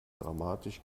dramatisch